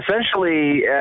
Essentially